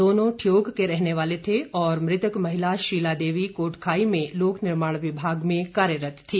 दोनों ठियोग के रहने वाले थे और मृतक महिला शीला देवी कोटखाई में लोकनिर्माण विभाग में कार्यरत थी